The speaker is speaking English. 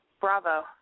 Bravo